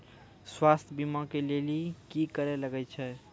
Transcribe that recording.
स्वास्थ्य बीमा के लेली की करे लागे छै?